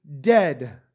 dead